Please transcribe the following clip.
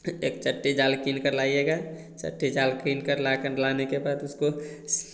एक चट्टी जाल किन कर लाइएगा चट्टी जाल किन कर लाकन लाने के बाद उसको